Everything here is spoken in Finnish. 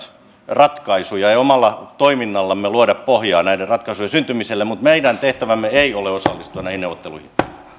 ratkaisuja ja omalla toiminnallamme luoda pohjaa näiden ratkaisujen syntymiselle mutta meidän tehtävämme ei ole osallistua näihin neuvotteluihin